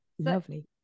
Lovely